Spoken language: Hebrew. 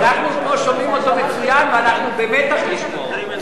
אנחנו שומעים אותו מצוין ואנחנו במתח לשמוע אותו.